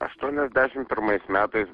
aštuoniasdešim pirmais metais